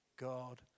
God